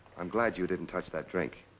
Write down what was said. i'm glad you didn't touch that drink.